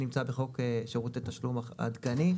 נמצא בחוק שירותי תשלום עדכני.